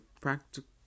practical